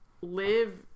live